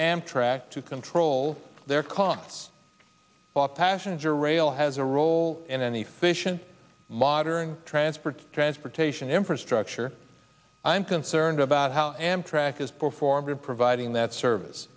amtrak to control their costs passenger rail has a role in the fission modern transfer transportation infrastructure i'm concerned about how amtrak is performed providing that service